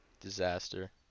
disaster